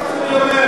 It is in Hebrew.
תזכור מה שאני אומר,